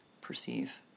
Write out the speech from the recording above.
perceive